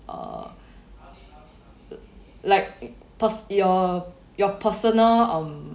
err like your your personal um